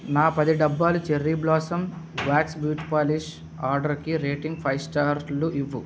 నా పది డబ్బాలు cherry blossom wax boot polish ఆర్డరుకి రేటింగ్ ఫైవ్ స్టార్లు ఇవ్వు